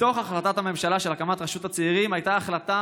בתוך החלטת הממשלה על הקמת רשות הצעירים הייתה החלטה